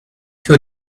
two